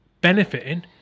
benefiting